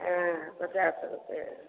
एँ पचास रुपए